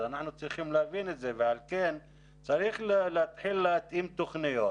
אז אנחנו צריכים להבין את זה ועל כן צריך להתחיל להתאים תכניות